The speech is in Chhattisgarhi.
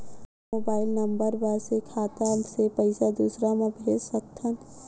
का मोबाइल नंबर बस से खाता से पईसा दूसरा मा भेज सकथन?